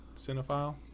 Cinephile